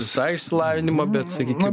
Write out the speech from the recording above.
visai išsilavinimą bet sakykim